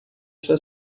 sua